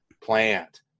plant